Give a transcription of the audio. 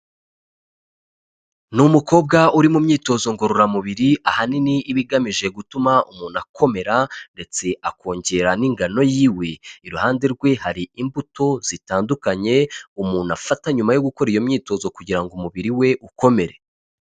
Ni umukobwa uri mu myitozo ngororamubiri ahanini iba igamije gutuma umuntu akomera ndetse akongera n'ingano yiwe, iruhande rwe hari imbuto zitandukanye umuntu afata nyuma yo gukora iyo myitozo kugira ngo umubiri we ukomere.